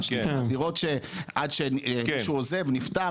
דירות עד שמישהו עוזב נפטר,